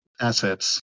assets